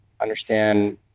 understand